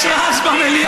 יש רעש במליאה.